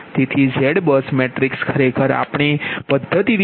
તેથી ZBUS matrix ખરેખર આપણે પધ્ધતિથી જોઇશુ